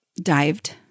dived